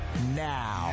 now